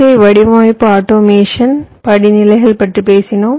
ஐ வடிவமைப்பு ஆட்டோமேஷன் படிநிலைகள் பற்றி பேசினோம்